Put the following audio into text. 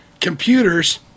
computers